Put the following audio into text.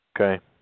Okay